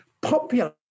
popular